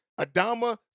adama